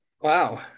Wow